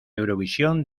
eurovisión